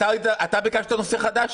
אלי אבידר, אתה ביקשת נושא חדש?